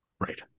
Right